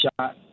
shot